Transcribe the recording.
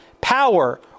power